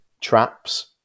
traps